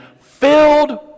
filled